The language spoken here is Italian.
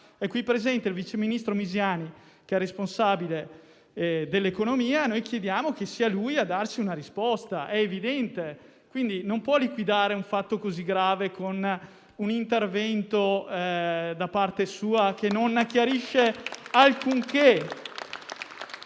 qui presente il vice ministro Misiani, che è responsabile dell'Economia, chiediamo che sia lui a darci una risposta. È evidente. Non può liquidare un fatto così grave con un intervento da parte sua, che non chiarisce alcunché.